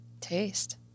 Taste